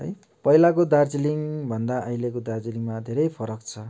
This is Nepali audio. है पहिलाको दार्जिलिङभन्दा अहिलेको दार्जिलिङमा धेरै फरक छ